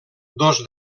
dos